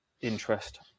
interest